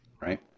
Right